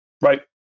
Right